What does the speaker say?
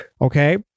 okay